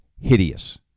hideous